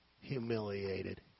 humiliated